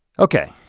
okay,